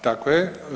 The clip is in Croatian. Tako je.